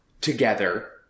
together